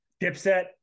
Dipset